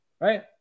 Right